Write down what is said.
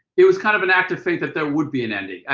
it was kind of an act of faith that there would be an ending.